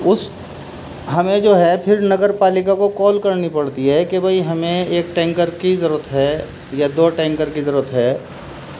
اس ہمیں جو ہے پھر نگر پالکا کو کال کرنی پڑتی ہے کہ بھئی ہمیں ایک ٹینکر کی ضرورت ہے یا دو ٹینکر کی ضرورت ہے